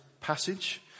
passage